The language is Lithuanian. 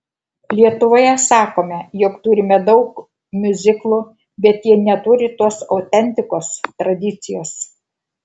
lietuvoje sakome jog turime daug miuziklų bet jie neturi tos autentikos tradicijos